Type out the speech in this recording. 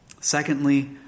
secondly